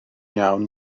iawn